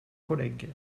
collègues